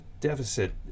deficit